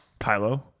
kylo